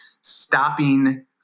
stopping